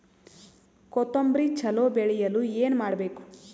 ಕೊತೊಂಬ್ರಿ ಚಲೋ ಬೆಳೆಯಲು ಏನ್ ಮಾಡ್ಬೇಕು?